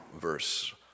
verse